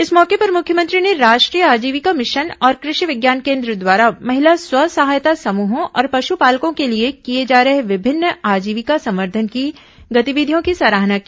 इस मौके पर मुख्यमंत्री ने राष्ट्रीय आजीविका मिशन और कृषि विज्ञान केन्द्र द्वारा महिला स्व सहायता समूहों और पश्पालकों के लिए किए जा रहे विभिन्न आजीविका संवर्धन की गतिविधियों की सराहना की